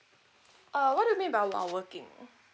uh what do you mean by while working